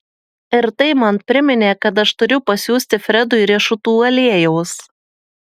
ir tai man priminė kad aš turiu pasiųsti fredui riešutų aliejaus